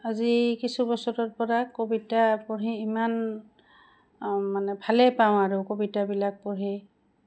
আজি কিছু বছৰৰ পৰা কবিতা পঢ়ি ইমান মানে ভালেই পাওঁ আৰু কবিতাবিলাক পঢ়ি